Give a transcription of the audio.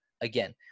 again